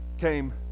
came